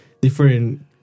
different